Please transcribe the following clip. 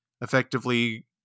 effectively